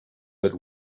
but